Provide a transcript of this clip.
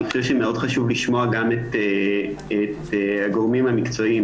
אני חושב שמאוד חשוב לשמוע גם את הגורמים המקצועיים,